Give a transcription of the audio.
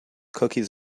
cookies